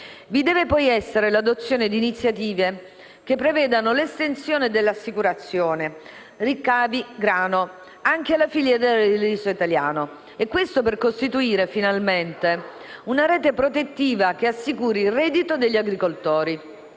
Vanno poi adottate iniziative che prevedano l'estensione dell'assicurazione sui ricavi del grano anche alla filiera del riso italiano, per costituire finalmente una rete protettiva che assicuri il reddito degli agricoltori.